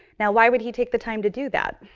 now, why would he take the time to do that?